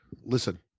Listen